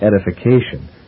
edification